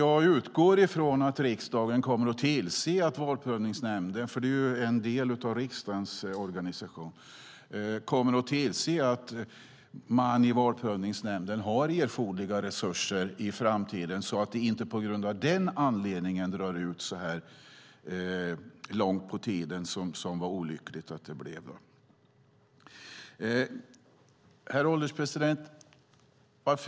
Jag utgår ifrån att riksdagen kommer att tillse att Valprövningsnämnden, som är en del av riksdagens organisation, har erforderliga resurser i framtiden så att det inte drar ut så långt i tiden som skedde den här gången på grund av bristande resurser. Herr ålderspresident!